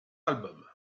album